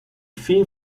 film